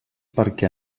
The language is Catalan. perquè